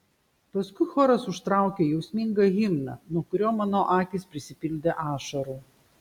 paskui choras užtraukė jausmingą himną nuo kurio mano akys prisipildė ašarų